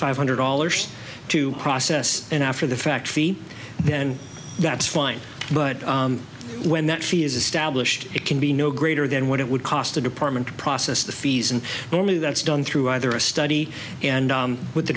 five hundred dollars to process and after the fact fee then that's fine but when that she is established it can be no greater than what it would cost a department to process the fees and only that's done through either a study and with the